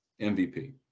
MVP